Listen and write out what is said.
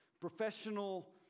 professional